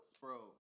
bro